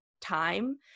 time